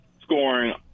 scoring